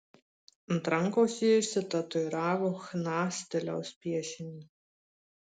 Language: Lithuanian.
ant rankos ji išsitatuiravo chna stiliaus piešinį